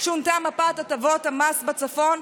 שונתה מפת הטבות המס בצפון,